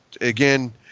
again